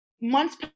months